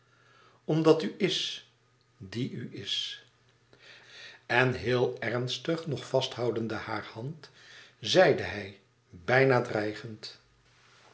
omdat u is die u is en heel ernstig nog vasthoudende hare hand zeide hij bijna dreigend